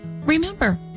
Remember